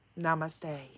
Namaste